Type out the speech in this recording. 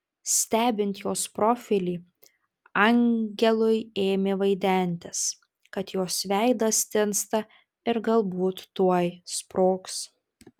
stebint jos profilį angelui ėmė vaidentis kad jos veidas tinsta ir galbūt tuoj sprogs